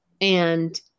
And-